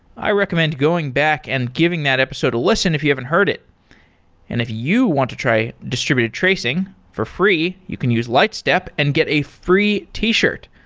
i recommend going back and giving that episode a listen if you haven't heard it and if you want to try distributed tracing for free, you can use lightstep and get a free t-shirt.